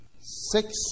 Six